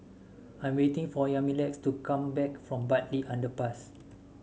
I'm waiting for Yamilex to come back from Bartley Underpass